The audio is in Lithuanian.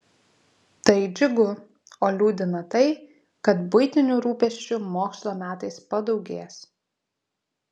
tai džiugu o liūdina tai kad buitinių rūpesčių mokslo metais padaugės